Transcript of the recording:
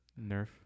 Nerf